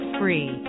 free